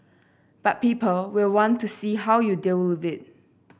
but people will want to see how you deal with it